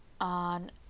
On